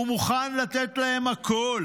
הוא מוכן לתת להם הכול.